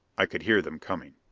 i could hear them coming.